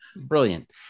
Brilliant